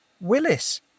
Willis